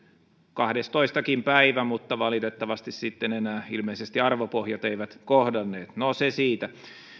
kahdennentoista päiväkin mutta valitettavasti sitten enää ilmeisesti arvopohjat eivät kohdanneet no se siitä